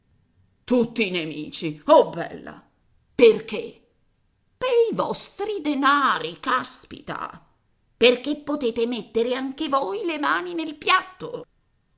nemici allora tutti nemici oh bella perché pei vostri denari caspita perché potete mettere anche voi le mani nel piatto